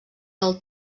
del